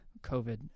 COVID